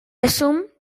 assume